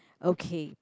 okay